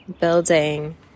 building